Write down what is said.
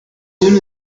soon